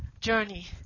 journey